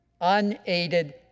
Unaided